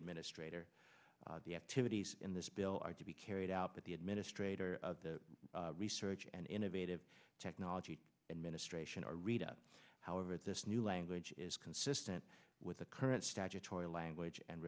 administrator the activities in this bill are to be carried out but the administrator of the research and innovative technology and ministration are read up however this new language is consistent with the current statutory language and